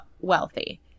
wealthy